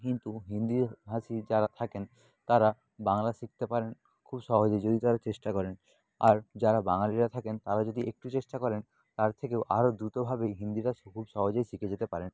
কিন্তু হিন্দি ভাষী যারা থাকেন তারা বাংলা শিখতে পারেন খুব সহজেই যদি তারা চেষ্টা করেন আর যারা বাঙালিরা থাকেন তারা যদি একটু চেষ্টা করেন তার থেকেও আরও দ্রুতভাবেই হিন্দিটা খুব সহজেই শিখে যেতে পারেন